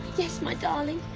yes, my darling?